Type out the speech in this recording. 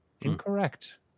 incorrect